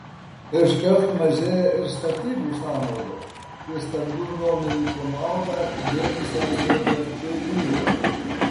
iškart mažėja ir statybų sąnaudos į stambių nuomininkų naudą dėmesį atkreipia tuinyla